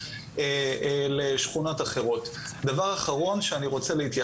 זה גרם להרבה אובדן של ידע ארגוני ולכן יש קושי